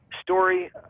story